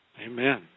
Amen